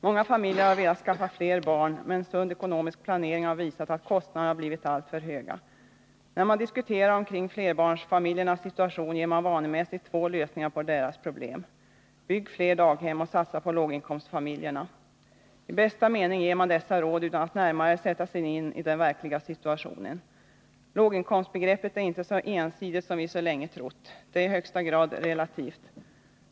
Många familjer har velat skaffa fler barn, men sund ekonomisk planering har visat att kostnaderna skulle bli alltför höga. När man diskuterar flerbarnsfamiljernas situation, ger man vanemässigt två lösningar på deras problem: Bygg fler daghem och satsa på låginkomstfamiljerna! I bästa välmening ger man dessa råd, utan att närmare sätta sig in i den verkliga situationen. Låginkomstbegreppet är inte så ensidigt som vi länge trott. Det är i högsta grad relativt.